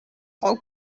how